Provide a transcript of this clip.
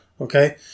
okay